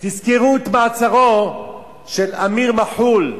תזכרו את מעצרו של אמיר מח'ול,